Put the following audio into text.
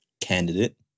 candidate